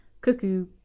cuckoo